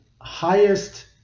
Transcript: highest